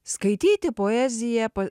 skaityti poeziją pa